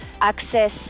access